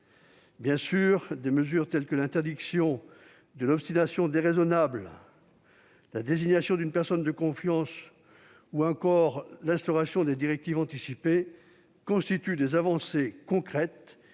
Bien sûr, des mesures telles que l'interdiction de l'obstination déraisonnable, la désignation d'une personne de confiance ou encore l'instauration des directives anticipées constituent des avancées concrètes,